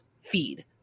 feed